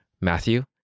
Matthew